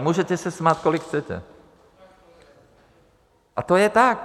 Můžete se smát, jak chcete, a to je tak.